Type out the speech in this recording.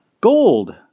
gold